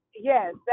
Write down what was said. Yes